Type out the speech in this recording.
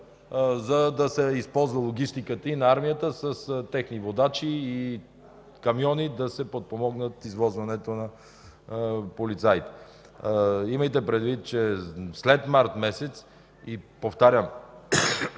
за да се използва логистиката и на армията, с техни водачи и камиони да се подпомогне извозването на полицаите. Имайте предвид, че след март месец... Повтарям,